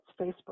Facebook